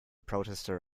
protester